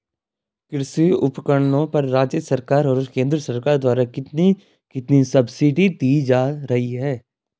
कृषि उपकरणों पर राज्य सरकार और केंद्र सरकार द्वारा कितनी कितनी सब्सिडी दी जा रही है?